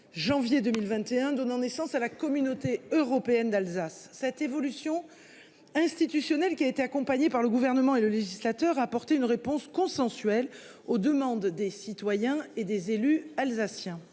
janvier 2021, donnant naissance à la Communauté européenne d'Alsace, cette évolution institutionnelle qui a été accompagné par le gouvernement et le législateur apporter une réponse consensuelle aux demandes des citoyens et des élus alsaciens.